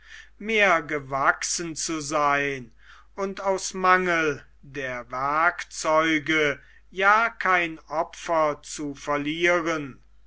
mehr gewachsen zu sein und aus mangel der werkzeuge ja kein opfer zu verlieren